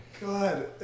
God